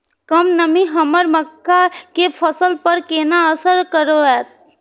कम नमी हमर मक्का के फसल पर केना असर करतय?